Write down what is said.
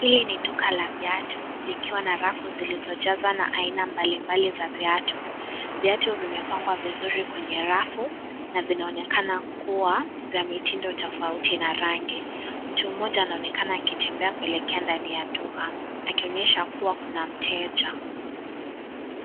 Hili niduka la viatu likiwa na rafu zilizojazwa na aina mbali mbali za viatu, viatu vimepangwa vizuri kwenye rafu na vinaonekana kuwa vya mitindo tofauti na rangi. Mtu mmoja anaonekana akitembea kuelekea kwa duka akionyesha kuwa kuna mteja.